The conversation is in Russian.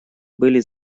были